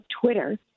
Twitter